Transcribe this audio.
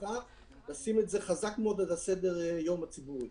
לשים את זה חזק מאוד על סדר היום הציבורי.